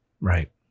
Right